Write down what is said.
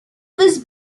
was